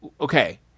okay